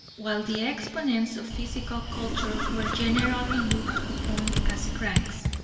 while the exponents of physical culture were generally looked upon as cranks.